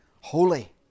holy